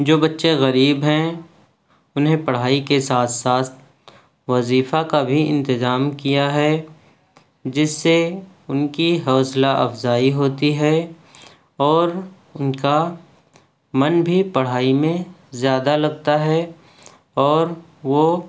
جو بچے غریب ہیں انہیں پڑھائی کے ساتھ ساتھ وظیفہ کا بھی انتظام کیا ہے جس سے ان کی حوصلہ افزائی ہوتی ہے اور ان کا من بھی پڑھائی میں زیادہ لگتا ہے اور وہ